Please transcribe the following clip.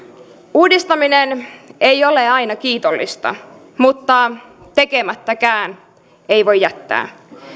uudistaminen ei ole aina kiitollista mutta tekemättäkään ei voi jättää